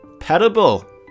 Petable